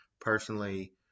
Personally